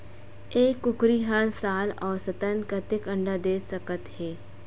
एक कुकरी हर साल औसतन कतेक अंडा दे सकत हे?